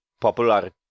popular